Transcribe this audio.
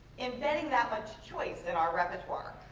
embedding that much choice in our repertoire?